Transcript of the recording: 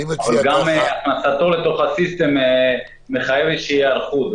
אבל גם הכנסתו מחייבת היערכות.